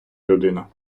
людина